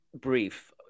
brief